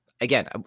again